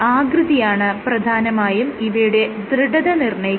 ആകൃതിയാണ് പ്രധാനമായും ഇവയുടെ ദൃഢത നിർണ്ണയിക്കുന്നത്